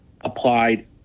applied